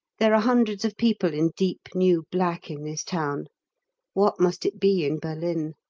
there are hundreds of people in deep new black in this town what must it be in berlin?